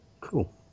Cool